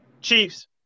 Chiefs